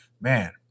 Man